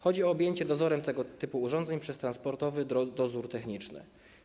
Chodzi o objęcie dozorem tego typu urządzeń przez transportowy dozór techniczny.